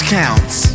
counts